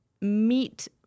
meet